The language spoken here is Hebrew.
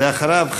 ואחריו,